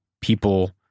people